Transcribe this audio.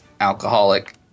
alcoholic